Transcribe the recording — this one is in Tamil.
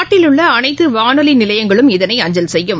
நாட்டில் உள்ளஅனைத்துவானொலிநிலையங்களும் இதனை அஞ்சல் செய்யும்